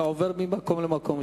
אתה עובר ממקום למקום.